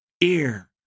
ear